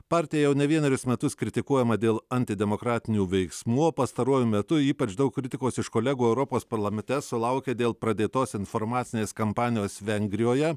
partija jau ne vienerius metus kritikuojama dėl antidemokratinių veiksmų o pastaruoju metu ypač daug kritikos iš kolegų europos parlamente sulaukė dėl pradėtos informacinės kampanijos vengrijoje